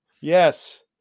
Yes